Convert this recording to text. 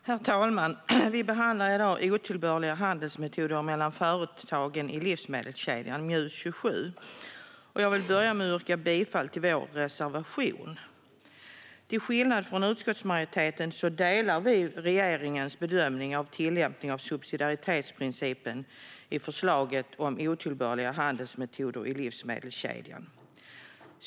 Herr talman! Vi behandlar i dag Otillbörliga handelsmetoder mellan företag i livsmedelskedjan, MJU25. Jag vill börja med att yrka bifall till vår reservation. Till skillnad från utskottsmajoriteten delar vi regeringens bedömning av tillämpning av subsidiaritetsprincipen när det gäller förslaget om skydd mot otillbörliga handelsmetoder i livsmedelskedjan.